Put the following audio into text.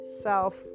self